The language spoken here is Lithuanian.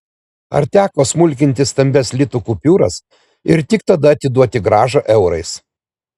ar teko smulkinti stambias litų kupiūras ir tik tada atiduoti grąžą eurais